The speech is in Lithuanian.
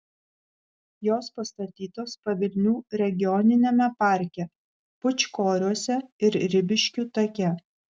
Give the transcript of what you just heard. jos pastatytos pavilnių regioniniame parke pūčkoriuose ir ribiškių take